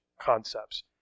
concepts